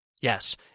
Yes